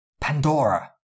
Pandora